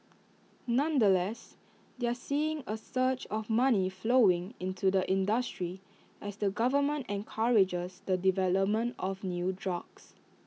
nonetheless they're seeing A surge of money flowing into the industry as the government encourages the development of new drugs